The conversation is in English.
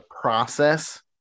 process